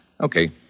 Okay